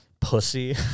pussy